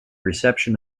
reception